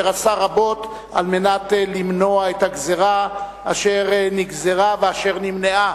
אשר עשה רבות על מנת למנוע את הגזירה אשר נגזרה ואשר נמנעה.